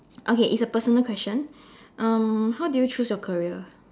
okay it's a personal question um how do you choose your career